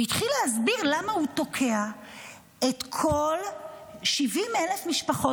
והתחיל להסביר למה הוא תוקע את כל 70,000 המשפחות